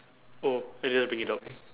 oh and then you bring it up